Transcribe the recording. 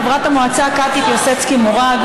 חברת המועצה קטי פיאסצקי-מורג.